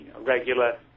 regular